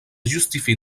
justifie